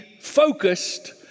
focused